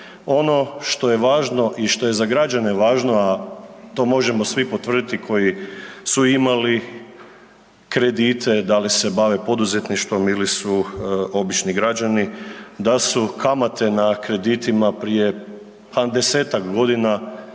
Ono što je važno i što je za građane važno, a to možemo svi potvrditi koji su imali kredite, da li se bave poduzetništvom ili su obični građani da su kamate na kreditima prije desetak godina,